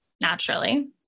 Naturally